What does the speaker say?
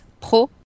Pro